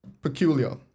Peculiar